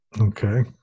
okay